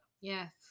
Yes